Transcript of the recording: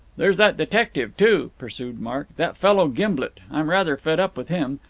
there's that detective, too, pursued mark. that fellow gimblet. i'm rather fed up with him.